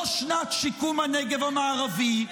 לא שנת שיקום הנגב המערבי,